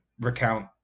recount